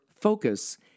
focus